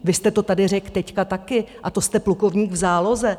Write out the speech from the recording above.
Vy jste to tady řekl teď taky, a to jste plukovník v záloze!